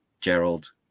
Gerald